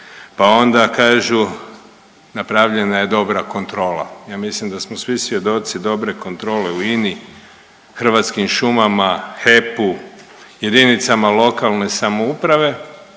pa onda kažu napravljena je dobra kontrola. Ja mislim da smo svi svjedoci dobre kontrole u INA-i, Hrvatskim šumama, HEP-u, jedinicama lokalne samouprave.